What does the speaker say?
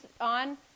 on